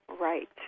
right